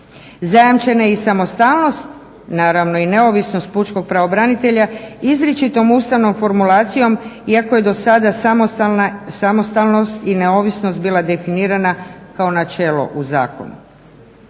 Zajamčena je i samostalnost, naravno i neovisnost pučkog pravobranitelja izričitom ustavnom formulacijom iako je do sada samostalnost i neovisnost bila definirana kao načelo u zakonu.